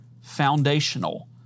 foundational